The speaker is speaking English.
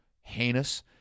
heinous